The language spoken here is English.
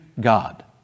God